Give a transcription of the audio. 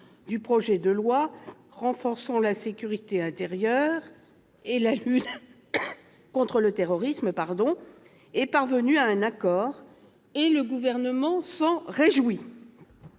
du projet de loi renforçant la sécurité intérieure et la lutte contre le terrorisme est parvenue à un accord, et le Gouvernement s'en réjouit.